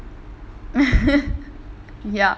ya